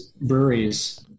breweries